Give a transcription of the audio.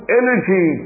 energy